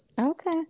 Okay